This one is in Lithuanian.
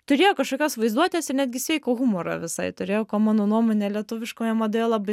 turėjo kažkokios vaizduotės ir netgi sveiko humoro visai turėjo ko mano nuomone lietuviškoje madoje labai